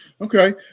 Okay